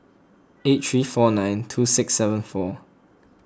eight three four nine two six seven four